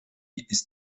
ist